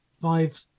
five